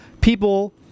people